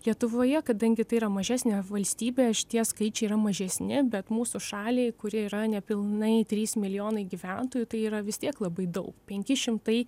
lietuvoje kadangi tai yra mažesnė valstybė šitie skaičiai yra mažesni bet mūsų šaliai kuri yra nepilnai trys milijonai gyventojų tai yra vis tiek labai daug penki šimtai